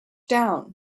down